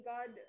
God